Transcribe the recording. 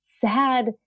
sad